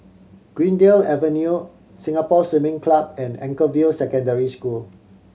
Greendale Avenue Singapore Swimming Club and Anchorvale Secondary School